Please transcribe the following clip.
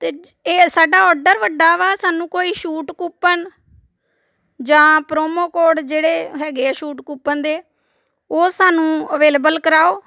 ਅਤੇ ਇਹ ਸਾਡਾ ਔਡਰ ਵੱਡਾ ਵਾ ਸਾਨੂੰ ਕੋਈ ਛੂਟ ਕੂਪਨ ਜਾਂ ਪ੍ਰੋਮੋ ਕੋਡ ਜਿਹੜੇ ਹੈਗੇ ਆ ਛੂਟ ਕੂਪਨ ਦੇ ਉਹ ਸਾਨੂੰ ਅਵੇਲੇਬਲ ਕਰਵਾਓ